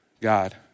God